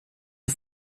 auf